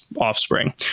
offspring